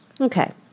Okay